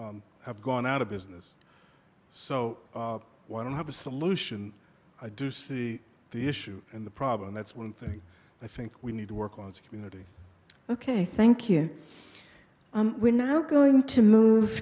have gone out of business so why don't have a solution i do see the issue and the problem that's one thing i think we need to work on security ok thank you we're now going to move